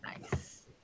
Nice